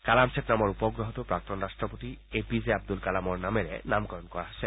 কালামছেট নামৰ উপগ্ৰহটো প্ৰাক্তন ৰাট্টপতি এ পি জে আব্দল কালামৰ নামেৰে নামকৰণ কৰা হৈছে